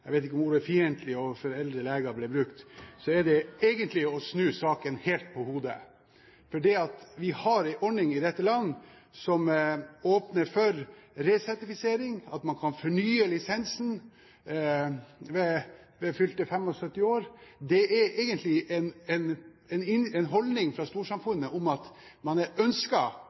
jeg vet ikke om ordet «fiendtlig» overfor eldre leger ble brukt – er egentlig å snu saken helt på hodet, for vi har en ordning i dette landet som åpner for resertifisering. At man kan fornye lisensen ved fylte 75 år, er egentlig uttrykk for en holdning fra storsamfunnet om at man er